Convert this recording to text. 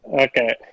Okay